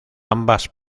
ambas